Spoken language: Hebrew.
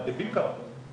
הכדאיות הכלכלית